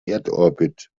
erdorbit